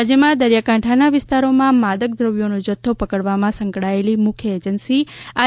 રાજ્યમાં દરિયાકાંઠાનાં વિસ્તારોમાં માદક દ્રવ્યોનો જથ્થો પકડવામાં સંકળાયેલી મુખ્ય એજન્સી આઈ